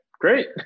great